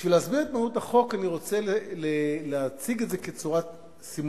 בשביל להסביר את מהות החוק אני רוצה להסביר את זה בצורת סימולציה.